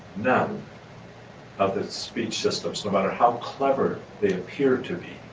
none of that speech systems, no matter how clever they appear to be,